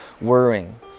worrying